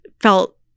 felt